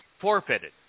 forfeited